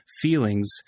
feelings